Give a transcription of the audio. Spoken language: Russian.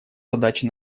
задачи